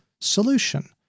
solution